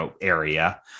area